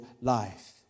life